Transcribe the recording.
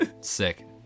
sick